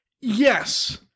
yes